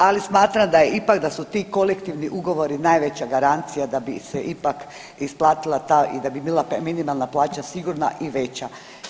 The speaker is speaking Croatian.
Ali smatram da je ipak, da su ti kolektivni ugovori najveća garancija da bi se ipak isplatila ta i da bi bila minimalna plaća sigurna i veća.